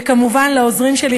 וכמובן לעוזרים שלי,